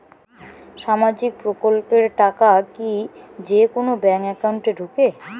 সামাজিক প্রকল্পের টাকা কি যে কুনো ব্যাংক একাউন্টে ঢুকে?